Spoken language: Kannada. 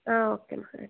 ಹಾಂ ಓಕೆ ಅಮ್ಮ ಆಯಿತು